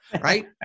Right